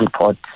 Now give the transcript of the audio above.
report